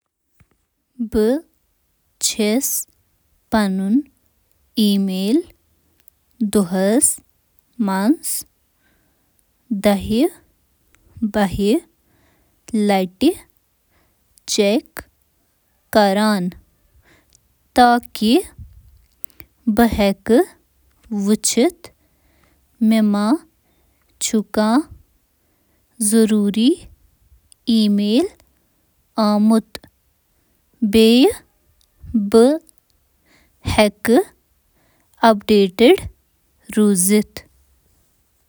بہٕ چُھس چیک کران۔ مُختٔلِف لَٹہِ میون ای میل امیُک اندازٕ لگاوُن چُھ ممکن۔